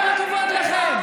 כל הכבוד לכם.